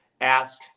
ask